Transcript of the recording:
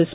S